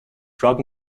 drug